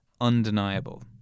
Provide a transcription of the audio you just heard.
undeniable